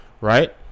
right